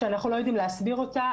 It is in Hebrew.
שאנחנו לא יודעים להסביר אותה,